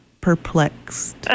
Perplexed